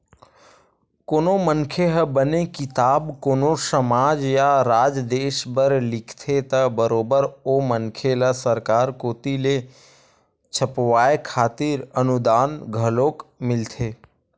कोनो मनखे ह बने किताब कोनो समाज या राज देस बर लिखथे त बरोबर ओ मनखे ल सरकार कोती ले छपवाय खातिर अनुदान घलोक मिलथे